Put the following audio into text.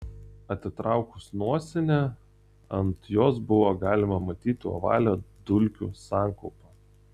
atitraukus nosinę ant jos buvo galima matyti ovalią dulkių sankaupą